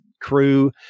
crew